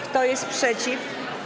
Kto jest przeciw?